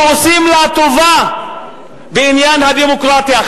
שעושים לה טובה בעניין הדמוקרטיה,